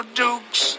dukes